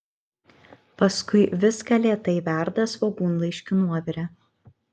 paskui viską lėtai verda svogūnlaiškių nuovire